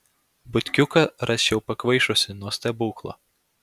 butkiuką rasčiau pakvaišusį nuo stebuklo